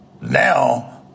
now